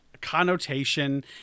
connotation